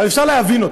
אבל אפשר להבין.